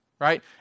right